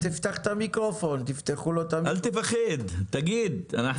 אל תפחד, תגיד.